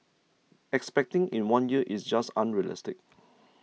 expecting in one year is just unrealistic